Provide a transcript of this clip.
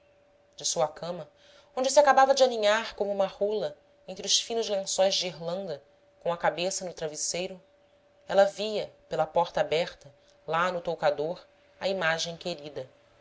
de sua cama onde se acabava de aninhar como uma rola entre os finos lençóis de irlanda com a cabeça no travesseiro ela via pela porta aberta lá no toucador a imagem querida